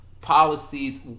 policies